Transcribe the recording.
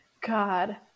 god